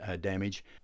damage